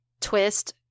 twist